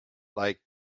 like